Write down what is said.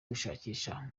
gushakisha